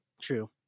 True